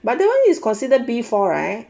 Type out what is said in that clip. but that [one] is considered B four right